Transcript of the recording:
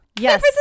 Yes